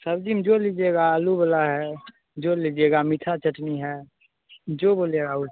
सब्जी में जो लीजिएगा आलू बना है जो लीजिएगा मीठा चटनी है जो बोलिएगा वो